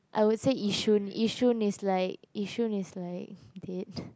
I would say Yishun Yishun is like Yishun is like dead